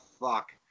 fuck